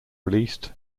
released